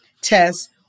tests